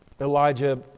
Elijah